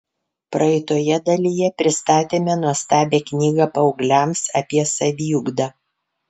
praeitoje dalyje pristatėme nuostabią knygą paaugliams apie saviugdą